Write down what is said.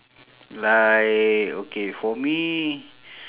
like okay for me